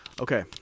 okay